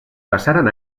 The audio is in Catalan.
passaren